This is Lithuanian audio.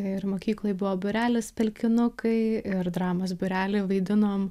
ir mokykloj buvo būrelis pelkinukai ir dramos būrely vaidinom